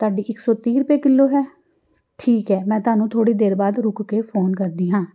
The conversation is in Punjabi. ਤੁਹਾਡੀ ਇੱਕ ਸੌ ਤੀਹ ਰੁਪਏ ਕਿੱਲੋ ਹੈ ਠੀਕ ਹੈ ਮੈਂ ਤੁਹਾਨੂੰ ਥੋੜ੍ਹੀ ਦੇਰ ਬਾਅਦ ਰੁਕ ਕੇ ਫੋਨ ਕਰਦੀ ਹਾਂ